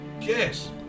Yes